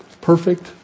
perfect